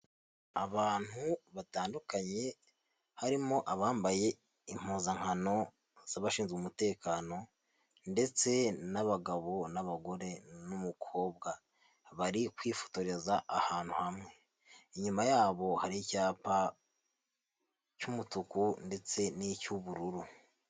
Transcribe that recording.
Abantu batandukanye harimo abambaye impuzankano z'abashinzwe umutekano ndetse n'abagabo n'abagore n'umukobwa bari kwifotoreza ahantu hamwe, inyuma yabo hari icyapa cy'umutuku ndetse n'icy'ubururu.